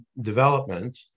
development